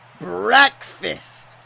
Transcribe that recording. breakfast